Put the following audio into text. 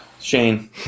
Shane